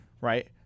Right